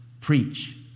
preach